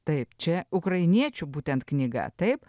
taip čia ukrainiečių būtent knyga taip